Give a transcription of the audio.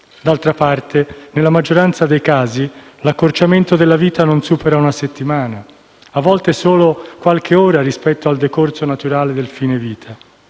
D'altra parte, nella maggioranza dei casi, l'accorciamento della vita non supera una settimana; a volte è pari a qualche ora rispetto al decorso naturale del fine vita.